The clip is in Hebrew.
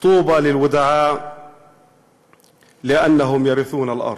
(נושא דברים בשפה הערבית,